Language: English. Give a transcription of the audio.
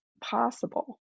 possible